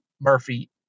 Murphy